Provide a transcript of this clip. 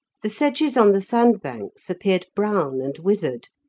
the sedges on the sandbanks appeared brown and withered,